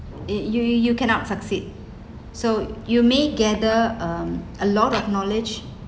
you you you you cannot succeed so you may gather um a lot of knowledge